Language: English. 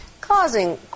causing